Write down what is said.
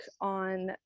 on